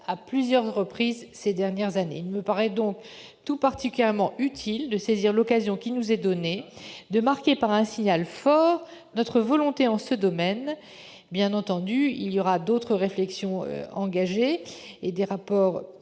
à plusieurs reprises ces dernières années. Il me semble donc particulièrement utile de saisir l'occasion qui nous est donnée de marquer, par un signal fort, notre volonté en ce domaine. Bien entendu, d'autres réflexions seront engagées et des rapports